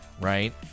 Right